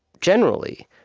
generally,